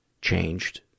changed